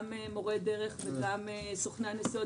גם מורי דרך וגם סוכני הנסיעות,